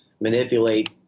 manipulate